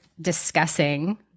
discussing